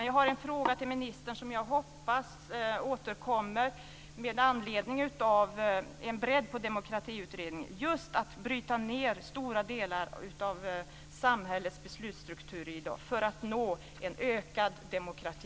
Jag har en fråga till ministern, som jag hoppas återkommer, med anledning av Demokratiutredningens bredd. Det gäller just att bryta ned stora delar av beslutsstrukturerna i dagens samhälle för att vi skall kunna nå en ökad demokrati.